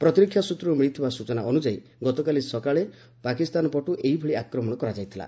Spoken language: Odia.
ପ୍ରତିରକ୍ଷା ସ୍ନତ୍ରରୁ ମିଳିଥିବା ସୂଚନା ଅନୁଯାୟୀ ଗତକାଲି ସକାଳେ ପାକିସ୍ତାନ ପଟୁ ଏହିଭଳି ଆକ୍ରମଣ କରାଯାଇଥିଲା